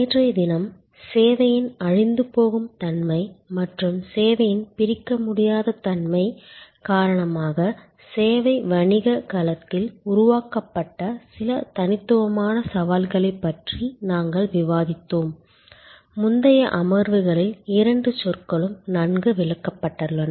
நேற்றைய தினம் சேவையின் அழிந்துபோகும் தன்மை மற்றும் சேவையின் பிரிக்க முடியாத தன்மை காரணமாக சேவை வணிக களத்தில் உருவாக்கப்பட்ட சில தனித்துவமான சவால்களைப் பற்றி நாங்கள் விவாதித்தோம் முந்தைய அமர்வுகளில் இரண்டு சொற்களும் நன்கு விளக்கப்பட்டுள்ளன